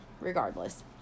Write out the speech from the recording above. regardless